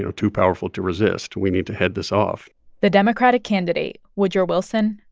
ah too powerful to resist. we need to head this off the democratic candidate, woodrow wilson,